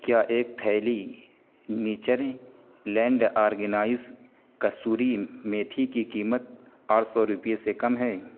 کیا ایک تھیلی نیچریں لینڈ آرگینک کسوری میتھی کی قیمت آٹھ سو روپے سے کم ہے